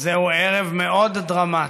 זהו ערב מאוד דרמטי,